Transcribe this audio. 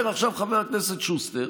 אומר עכשיו חבר הכנסת שוסטר: